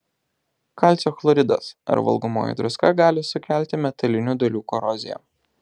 kalcio chloridas ar valgomoji druska gali sukelti metalinių dalių koroziją